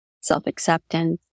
self-acceptance